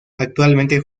actualmente